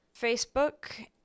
Facebook